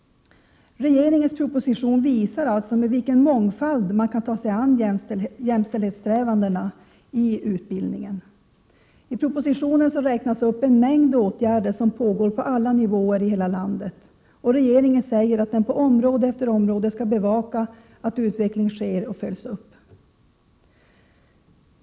Regeringens proposition visar med vilken mångfald man i utbildningen kan ta sig an jämställdhetssträvandena. I propositionen räknas det upp en mängd åtgärder som pågår på alla nivåer och i hela landet, och regeringen säger att den på område efter område skall bevaka att utveckling sker och följs upp.